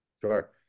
sure